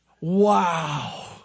Wow